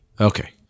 Okay